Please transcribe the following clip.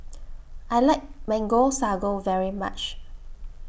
I like Mango Sago very much